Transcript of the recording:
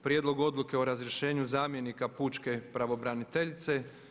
Prijedlog Odluke o razrješenju zamjenika pučke pravobraniteljice.